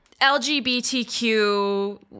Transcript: LGBTQ